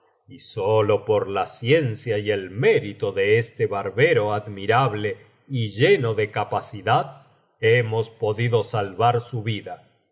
y sólo por la ciencia y el mérito de este barbero admirable y lleno de capacidad hemos podido salvar su vida